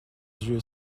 yeux